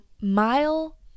mile